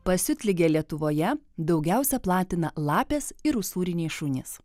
pasiutligę lietuvoje daugiausia platina lapės ir usūriniai šunys